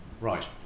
Right